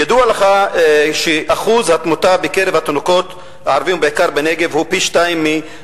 ידוע לך שאחוז התמותה בקרב התינוקות הערבים ובעיקר בנגב הוא פי-ארבעה.